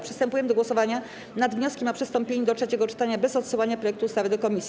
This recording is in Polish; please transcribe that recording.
Przystępujemy do głosowania nad wnioskiem o przystąpienie do trzeciego czytania bez odsyłania projektu ustawy do komisji.